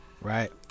Right